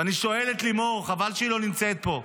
ואני שואל את לימור, חבל שהיא לא נמצאת פה: